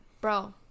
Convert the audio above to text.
Bro